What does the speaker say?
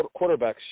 quarterbacks